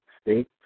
State